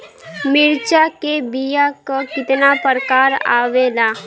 मिर्चा के बीया क कितना प्रकार आवेला?